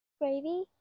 Gravy